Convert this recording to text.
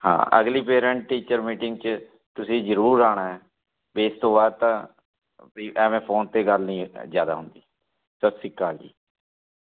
ਹਾਂ ਅਗਲੀ parent teacher meeting 'ਚ ਤੁਸੀਂ ਜ਼ਰੂਰ ਆਉਣਾ ਵੀ ਇਸ ਤੋਂ ਬਾਅਦ ਤਾਂ ਇਵੇਂ ਫੋਨ 'ਤੇ ਗੱਲ ਨਹੀਂ ਜ਼ਿਆਦਾ ਹੁੰਦੀ ਸਤਿ ਸ਼੍ਰੀ ਅਕਾਲ ਜੀ